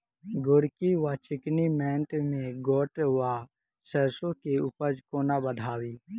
गोरकी वा चिकनी मैंट मे गोट वा सैरसो केँ उपज कोना बढ़ाबी?